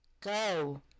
go